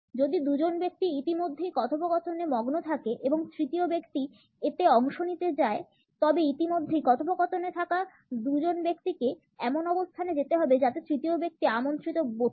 যদি দুজন ব্যক্তি ইতিমধ্যেই কথোপকথনে মগ্ন থাকে এবং তৃতীয় ব্যক্তি এতে অংশ নিতে চায় তবে ইতিমধ্যেই কথোপকথনে থাকা দুজন ব্যক্তিকে এমন অবস্থানে যেতে হবে যাতে তৃতীয় ব্যক্তি আমন্ত্রিত বোধ করে